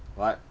what